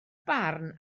barn